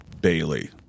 Bailey